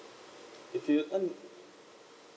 if you earn